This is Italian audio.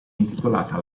intitolata